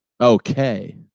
Okay